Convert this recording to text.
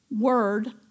word